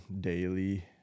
daily